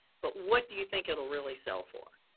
but what do you think it will really sell for?